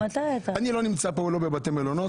אני לא נמצא כאן בבתי מלון,